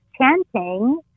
chanting